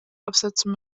absetzen